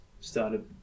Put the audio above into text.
started